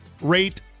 Rate